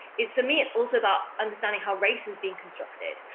is, for me it's also about understanding how race is being constructed,